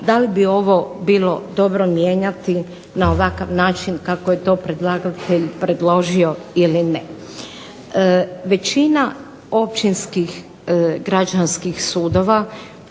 da li bi ovo bilo dobro mijenjati na ovakav način kako je to predlagatelj predložio ili ne. Većina općinskih građanskih sudova